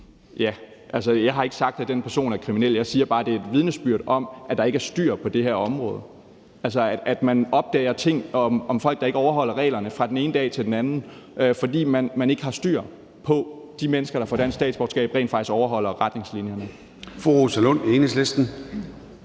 Men altså, jeg har ikke sagt, at den person er kriminel. Jeg siger bare, det er et vidnesbyrd om, at der ikke er styr på det her område, altså at man opdager ting om folk, der ikke overholder reglerne, fra den ene dag til den anden, fordi man ikke har styr på, at de mennesker, der får dansk statsborgerskab, rent faktisk overholder retningslinjerne.